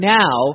now